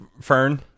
fern